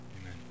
amen